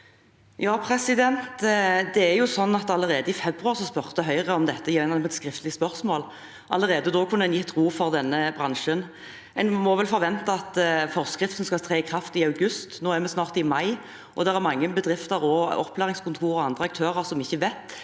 Margret Hagerup (H) Allerede i februar spurte Høyre om dette i et skriftlig spørsmål. Allerede da kunne en gitt ro for denne bransjen. En må vel forvente at forskriften skal tre i kraft i august. Nå er vi snart i mai, og det er mange bedrifter, opplæringskontor og andre aktører som ikke vet